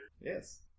yes